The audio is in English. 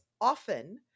often-